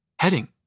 Heading